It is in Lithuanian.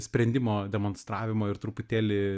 sprendimo demonstravimo ir truputėlį